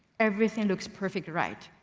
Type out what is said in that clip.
everything looks perfectly right,